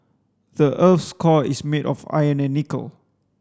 the earth's core is made of iron and nickel